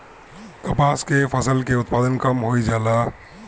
कपास के फसल के उत्पादन कम होइ जाला?